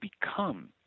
become